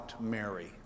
Mary